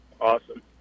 Awesome